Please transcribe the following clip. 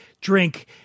drink